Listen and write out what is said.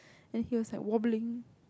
and he was like wobbling